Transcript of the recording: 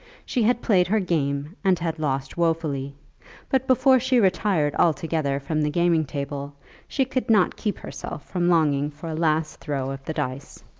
she had played her game and had lost wofully but before she retired altogether from the gaming-table she could not keep herself from longing for a last throw of the dice.